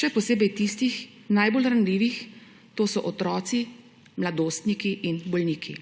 še posebej tistih najbolj ranljivih, to so otroci, mladostniki in bolniki.